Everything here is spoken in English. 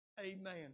Amen